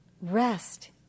Rest